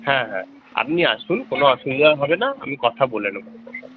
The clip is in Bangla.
হ্যাঁ হ্যাঁ আপনি আসুন কোনো অসুবিধা হবে না আমি কথা বলে নেব আপনার সাথে